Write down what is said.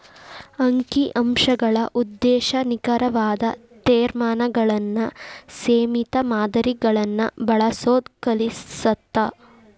ಅಂಕಿ ಅಂಶಗಳ ಉದ್ದೇಶ ನಿಖರವಾದ ತೇರ್ಮಾನಗಳನ್ನ ಸೇಮಿತ ಮಾದರಿಗಳನ್ನ ಬಳಸೋದ್ ಕಲಿಸತ್ತ